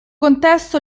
contesto